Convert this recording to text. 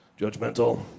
Judgmental